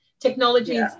Technologies